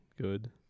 good